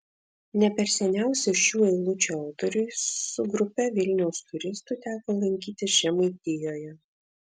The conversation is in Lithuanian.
ne per seniausiai šių eilučių autoriui su grupe vilniaus turistų teko lankytis žemaitijoje